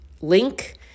link